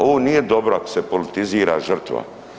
Ovo nije dobro ako se politizira žrtva.